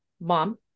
mom